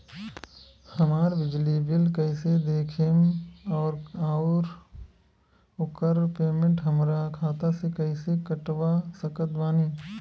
हमार बिजली बिल कईसे देखेमऔर आउर ओकर पेमेंट हमरा खाता से कईसे कटवा सकत बानी?